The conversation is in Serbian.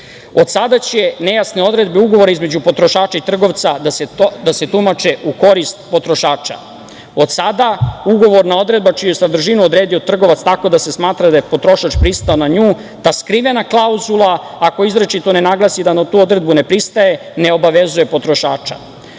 sada će nejasne odredbe ugovora između potrošača i trgovca da se tumače u korist potrošača. Od sada, ugovorna odredba čiju je sadržinu odredio trgovac tako da se smatra da je potrošač pristao na nju, ta skrivena klauzula, ako izričito ne naglasi da na tu odredbu ne pristaje, ne obavezuje potrošača. Prodavac